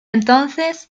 entonces